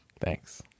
Thanks